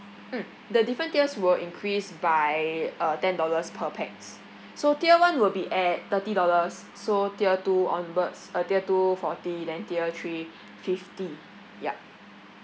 mm the different tiers will increase by uh ten dollars per pax so tier one will be at thirty dollars so tier two onwards uh tier two forty then tier three fifty ya